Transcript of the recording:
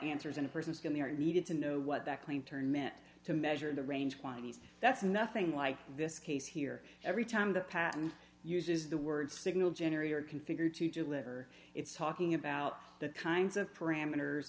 answers and a person is going there needed to know what that claim turn meant to measure the range quantities that's nothing like this case here every time the patent uses the word signal generator configured to deliver it's talking about the kinds of parameters